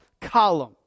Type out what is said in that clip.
column